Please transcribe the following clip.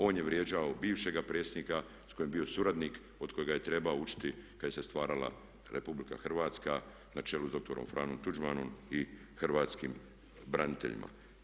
On je vrijeđao bivšega predsjednika s kojim je bio suradnik, od kojega je trebao učiti kada se stvarala RH na čelu s doktorom Franjom Tuđmanom i Hrvatskim braniteljima.